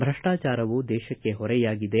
ಭ್ರಷ್ಟಾಚಾರವು ದೇಶಕ್ಕೆ ಹೊರೆಯಾಗಿದೆ